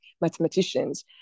mathematicians